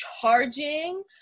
charging